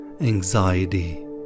anxiety